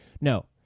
No